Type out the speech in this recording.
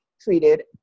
treated